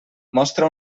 mostra